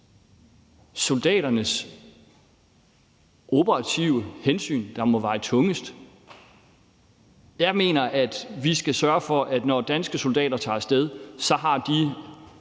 soldaternes operative hensyn, der må veje tungest. Jeg mener, at vi skal sørge for, at når danske soldater tager af sted, har de